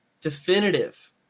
definitive